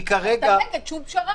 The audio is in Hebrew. אתה נגד כל פשרה.